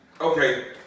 okay